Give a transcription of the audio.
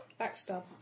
Backstab